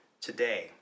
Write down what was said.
today